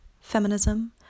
feminism